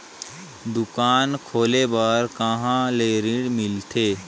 दुकान खोले बार कहा ले ऋण मिलथे?